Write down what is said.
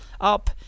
up